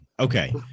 Okay